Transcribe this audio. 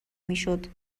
میشد